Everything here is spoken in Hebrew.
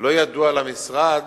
לא ידוע למשרד